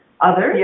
others